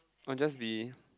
I'm just being